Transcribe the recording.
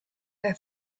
their